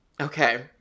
Okay